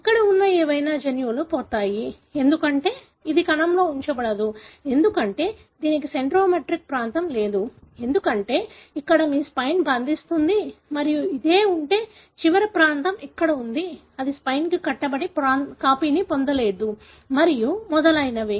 ఇప్పుడు అక్కడ ఉన్న ఏవైనా జన్యువులు పోతాయి ఎందుకంటే ఇది కణంలో ఉంచబడదు ఎందుకంటే దీనికి సెంట్రోమెరిక్ ప్రాంతం లేదు ఎందుకంటే ఇక్కడ మీ స్పైన్ బంధిస్తుంది మరియు ఇదే ఉంటే చివరి ప్రాంతం ఇక్కడ ఉంది అది స్పైన్కు కట్టుబడి కాపీని పొందలేరు మరియు మొదలైనవి